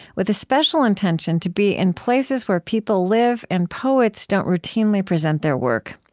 with a special intention to be in places where people live and poets don't routinely present their work.